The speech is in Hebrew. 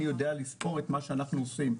אני יודע לספור את מה שאנחנו עושים.